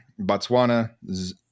Botswana